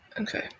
Okay